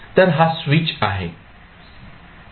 तर हा स्विच आहे